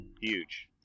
huge